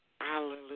Hallelujah